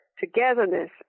togetherness